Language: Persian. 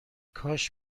کاش